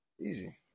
Easy